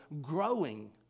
growing